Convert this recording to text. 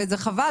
וזה חבל.